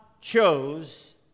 chose